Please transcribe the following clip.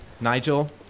Nigel